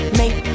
make